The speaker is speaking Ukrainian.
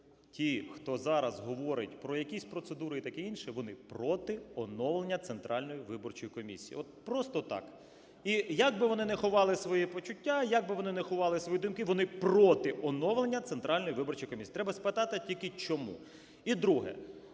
Ті, хто зараз говорять про якісь процедури і таке інше, вони проти оновлення Центральної виборчої комісії. От просто так. І як би вони не ховали свої почуття, як би вони не ховали свої думки, вони проти оновлення Центральної виборчої комісії. Треба спитати тільки, чому. І друге.